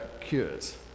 cures